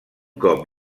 cop